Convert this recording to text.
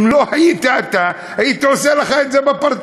אם לא היית אתה, הייתי עושה לך את זה בפרצוף.